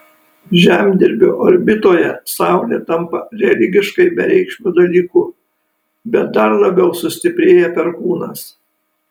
žemdirbio orbitoje saulė tampa religiškai bereikšmiu dalyku bet dar labiau sustiprėja perkūnas